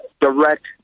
direct